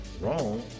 wrong